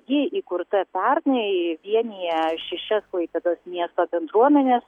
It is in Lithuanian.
ji įkurta pernai vienija šešias klaipėdos miesto bendruomenes